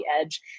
edge